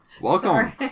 Welcome